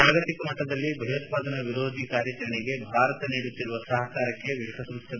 ಜಾಗತಿಕ ಮಟ್ಟದಲ್ಲಿ ಭಯೋತ್ವಾದನಾ ವಿರೋಧಿ ಕಾರ್ಯಾಚರಣೆಗೆ ಭಾರತ ನೀಡುತ್ತಿರುವ ಸಹಕಾರಕ್ಕೆ ವಿಶ್ವಸಂಸ್ಟೆ